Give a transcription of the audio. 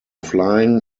flying